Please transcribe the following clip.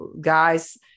guys